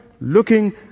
looking